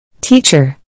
Teacher